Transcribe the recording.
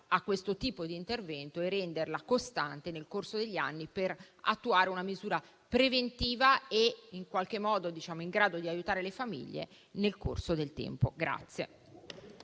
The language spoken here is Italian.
a questo tipo di intervento e renderlo costante nel corso degli anni per attuare una misura preventiva in grado di aiutare le famiglie nel corso del tempo.